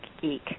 geek